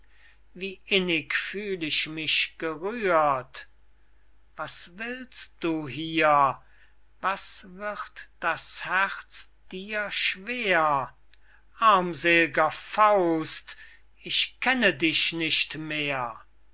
wie innig fühl ich mich gerührt was willst du hier was wird das herz dir schwer armsel'ger faust ich kenne dich nicht mehr